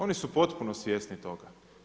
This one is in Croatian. Oni su potpuno svjesni toga.